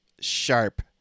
sharp